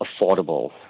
affordable